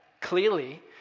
clearly